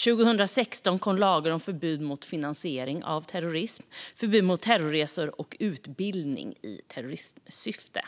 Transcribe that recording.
År 2016 kom lagar om förbud mot finansiering av terrorism, terrorresor och utbildning i terrorismsyfte.